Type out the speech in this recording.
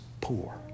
poor